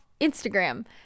Instagram